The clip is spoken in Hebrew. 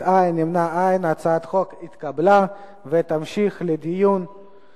ההצעה להעביר את הצעת חוק שירות הקבע